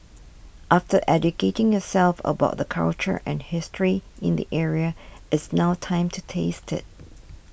after educating yourself about the culture and history in the area it's now time to taste it